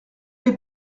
les